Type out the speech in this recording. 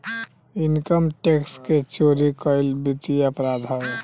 income tax के चोरी कईल वित्तीय अपराध हवे